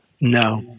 No